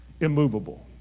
immovable